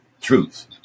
truth